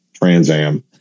transam